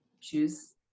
choose